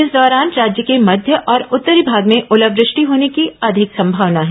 इस दौरान राज्य के मध्य और उत्तरी भाग में ओलावृष्टि होने की अधिक संभावना है